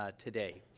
ah today.